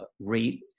rate